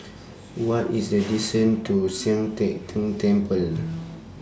What IS The distance to Sian Teck Tng Temple